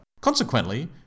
Consequently